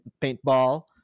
Paintball